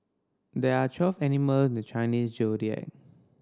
there are twelve animal in the Chinese Zodiac